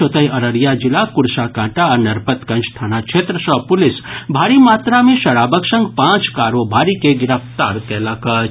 ओतहि अररिया जिलाक कुर्साकांटा आ नरपतगंज थाना क्षेत्र सँ पुलिस भारी मात्रा मे शराबक संग पांच कारोबारी के गिरफ्तार कयलक अछि